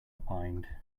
opined